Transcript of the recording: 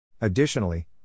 Additionally